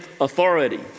authority